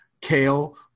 kale